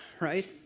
right